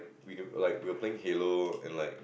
we don't like we were playing Halo and Like